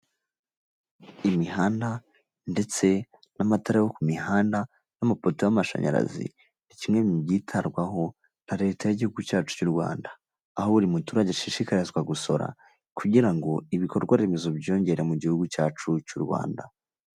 Imihanda ndetse n'amatara yo ku mihanda n'amapoto y' amashanyarazi, ni kimwe mu byitabwaho na leta y'igihugu cyacu cy'Urwanda, Aho buri muturage ashishikarizwa gusora, kugira ngo bikorwaremezo byiyongere mu gihugu cyacu cy'Urwanda.